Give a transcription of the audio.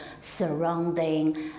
surrounding